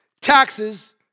taxes